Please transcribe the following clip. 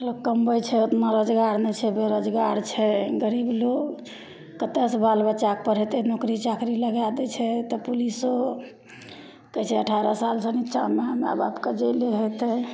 लोक कमबै छै ओतना रोजगार नहि छै बेरोजगार छै गरीब लोक कतएसे बालबच्चाकेँ पढ़ेतै नोकरी चाकरी लगै दै छै तऽ पुलिसो कहै छै अठारह सालसे निच्चाँमे माइबापकेँ जेले हेतै